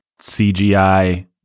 CGI